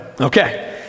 Okay